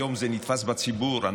היום זה נתפס בציבור,